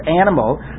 animal